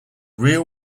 rear